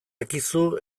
akizu